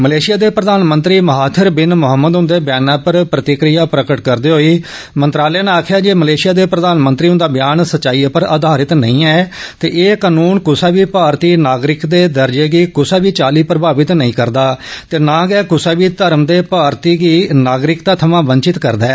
Malaysia दे प्रधानमंत्री Mahathir bin Mohamad हुन्दे व्यान पर प्रतिक्रिया प्रकट करदे होई मंत्रालय नै आक्खेआ ऐ जे मलेशिया दे प्रधानमंत्री हुन्दा ब्यान सच्चाई पर आधारित नेईं ऐ ते एह् कनून कुसै बी भारती नागरिक दे दर्जे गी कुसै बी चाली प्रभावित नेईं करदा ते नां गै कुसै बी धर्म दे भारती गी नागरिकता थमां बंचित करदा ऐ